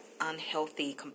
unhealthy